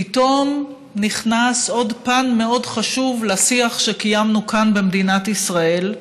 פתאום נכנס עוד פן מאוד חשוב לשיח שקיימנו כאן במדינת ישראל,